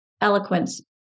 eloquence